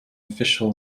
official